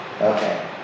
Okay